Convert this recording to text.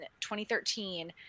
2013